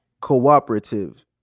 cooperative